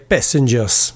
Passengers